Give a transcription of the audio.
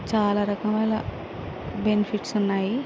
చాలా రకాల బెనిఫిట్స్ ఉన్నాయి